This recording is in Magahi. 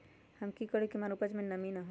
हम की करू की हमार उपज में नमी होए?